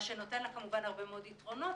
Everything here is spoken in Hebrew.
מה שנותן לה כמובן הרבה מאוד יתרונות,